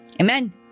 Amen